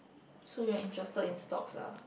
so you're interested in stocks ah